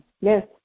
Yes